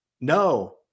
No